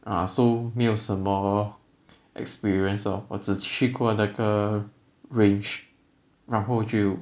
ah so 没有什么 experience lor 我只去过那个 range 然后就